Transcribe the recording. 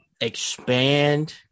expand